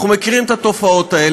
אנחנו מכירים את התופעות האלה,